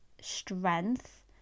strength